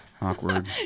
Awkward